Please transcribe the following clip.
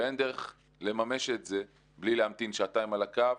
ואין דרך לממש את זה בלי להמתין שעתיים על הקו,